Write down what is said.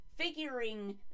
figuring